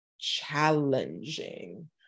challenging